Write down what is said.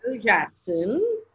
Jackson